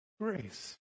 grace